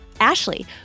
Ashley